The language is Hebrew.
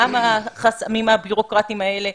גם החסמים הבירוקרטיים האלה,